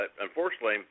unfortunately